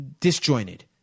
disjointed